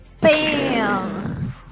Bam